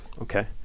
Okay